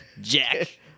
Jack